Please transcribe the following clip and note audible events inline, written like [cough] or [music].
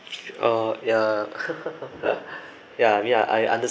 oh ya [laughs] ya ya I understand